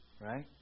Right